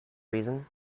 reason